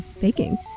baking